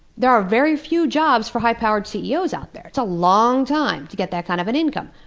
there are very few jobs for high-powered ceos out there. it's a long time to get that kind of an income.